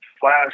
flash